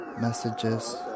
messages